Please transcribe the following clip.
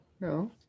no